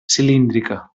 cilíndrica